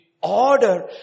order